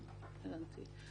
הבנתי,